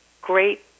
great